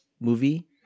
movie